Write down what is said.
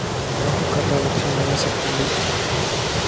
ఆకు కర్ల లక్షణాలు సెప్పండి